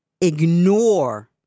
ignore